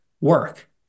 work